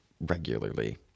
regularly